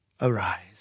arise